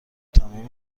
تمام